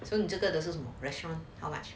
so 你这个是什么 restaurant